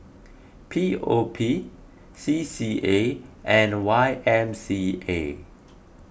P O P C C A and Y M C A